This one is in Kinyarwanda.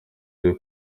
byo